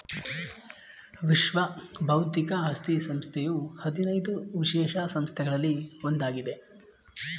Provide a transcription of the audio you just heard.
ವಿಶ್ವ ಬೌದ್ಧಿಕ ಆಸ್ತಿ ಸಂಸ್ಥೆಯು ಹದಿನೈದು ವಿಶೇಷ ಸಂಸ್ಥೆಗಳಲ್ಲಿ ಒಂದಾಗಿದೆ